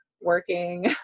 working